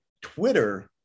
Twitter